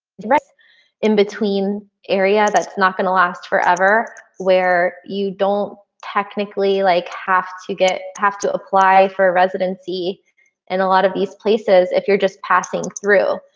dress in between area, that's not gonna last forever where you don't technically like have to get tough to apply for a residency in a lot of these places if you're just passing through.